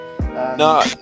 No